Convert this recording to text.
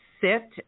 sit